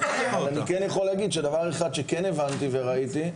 אבל אני כן יכול להגיד שדבר אחד שכן הבנתי וראיתי,